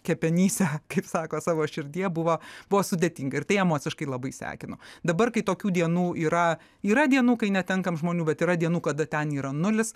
kepenyse kaip sako savo širdyje buvo buvo sudėtinga ir tai emociškai labai sekino dabar kai tokių dienų yra yra dienų kai netenkam žmonių bet yra dienų kada ten yra nulis